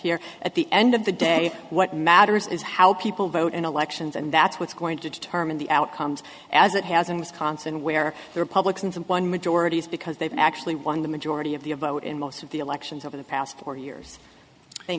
here at the end of the day what matters is how people vote in elections and that's what's going to determine the outcomes as it has in wisconsin where the republicans have won majorities because they've actually won the majority of the a vote in most of the elections over the past four years th